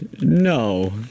No